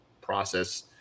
process